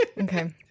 Okay